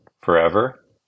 forever